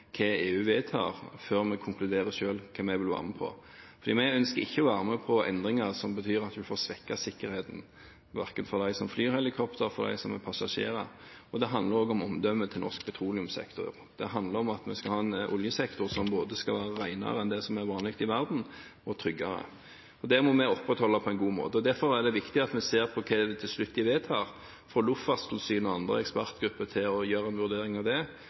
hva EU vedtar før vi selv konkluderer med hva vi vil være med på. Vi ønsker ikke å være med på endringer som betyr at vi får svekket sikkerheten, verken for dem som flyr helikopter, eller for dem som er passasjerer. Det handler også om omdømmet til norsk petroleumssektor. Det handler om at vi skal ha en oljesektor som både skal være renere enn det som er vanlig i verden, og tryggere. Det må vi opprettholde på en god måte. Derfor er det viktig at vi ser på hva de til slutt vedtar, og får Luftfartstilsynet og andre ekspertgrupper til å gjøre en vurdering av det.